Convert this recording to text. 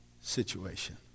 situation